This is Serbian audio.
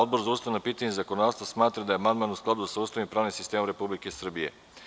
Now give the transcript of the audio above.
Odbor za ustavna pitanja i zakonodavstvo smatra da je amandman u skladu sa Ustavom i pravnim sistemom Republike Srbije.